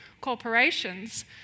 corporations